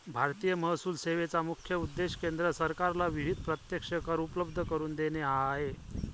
भारतीय महसूल सेवेचा मुख्य उद्देश केंद्र सरकारला विविध प्रत्यक्ष कर उपलब्ध करून देणे हा आहे